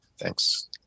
Thanks